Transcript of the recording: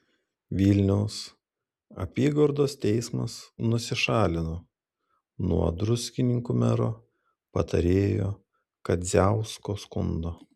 vilniaus apygardos teismas nusišalino nuo druskininkų mero patarėjo kadziausko skundo